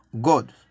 God